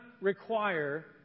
require